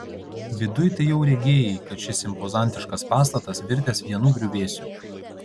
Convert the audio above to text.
viduj tai jau regėjai kad šis impozantiškas pastatas virtęs vienu griuvėsiu